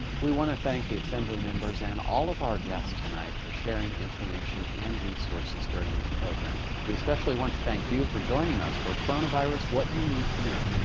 we want to thank the assembly members and all of our guests tonight for sharing information and resources during this program. we especially want to thank you for joining us for coronavirus what you need to know.